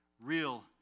real